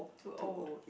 too old